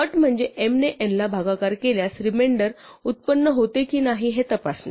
अट म्हणजे m ने n ला भागाकार केल्यास रिमेंडर उत्पन्न होते की नाही हे तपासणे